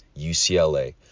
UCLA